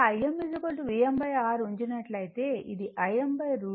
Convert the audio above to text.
ఉంచినట్లయితే అది Im √ 2